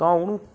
ਤਾਂ ਉਹਨੂੰ